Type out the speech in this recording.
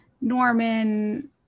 Norman